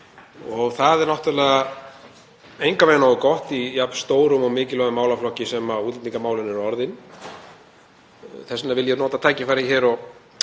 Það er náttúrlega engan veginn nógu gott í jafn stórum og mikilvægum málaflokki sem útlendingamálin eru orðin. Þess vegna vil ég nota tækifærið hér og